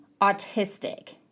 autistic